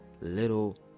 little